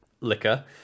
liquor